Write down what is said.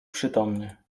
przytomny